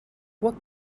what